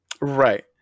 right